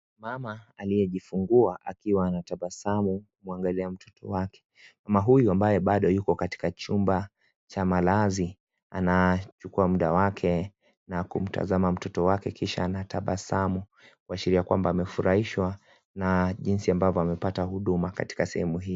Mama aliye jifungua akiwa na tabasamu akimwangalia mtoto wake mama huyu ambaye bado yuko katika chumba cha malazi ana chukua muda wake na kumtazama mtoto wake kisha ana tabasamu kuashiria kwamba amefurahishwa na jinsi ambavyo amepata huduma katika sehemu hii.